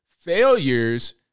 failures